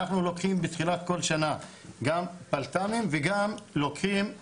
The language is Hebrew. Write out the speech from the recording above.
אנחנו לוקחים בתחילת כל שנה גם בלתמי"ם וגם לוקחים